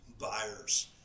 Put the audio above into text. buyers